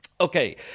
okay